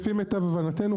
לפי מיטב הבנתנו,